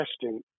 testing